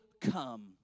come